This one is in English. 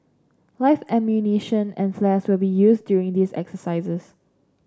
live ammunition and flares will be used during these exercises